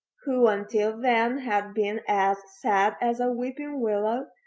who until then had been as sad as a weeping willow,